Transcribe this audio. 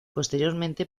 posteriormente